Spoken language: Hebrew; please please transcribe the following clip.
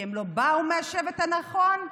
כי הם לא באו מהשבט הנכון?